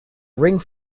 ring